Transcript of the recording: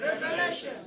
Revelation